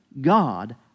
God